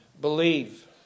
believe